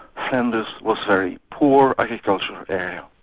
flanders was a very poor agricultural area.